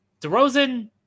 DeRozan